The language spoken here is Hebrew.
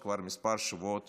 וכבר מספר שבועות